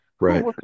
right